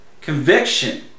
conviction